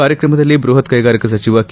ಕಾರ್ಯಕ್ರಮದಲ್ಲಿ ಬೃಹತ್ ಕೈಗಾರಿಕಾ ಸಚಿವ ಕೆ